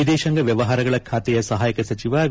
ವಿದೇಶಾಂಗ ವ್ವವಹಾರಗಳ ಖಾತೆಯ ಸಹಾಯಕ ಸಚಿವ ವಿ